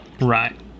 Right